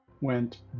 went